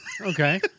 Okay